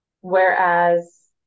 whereas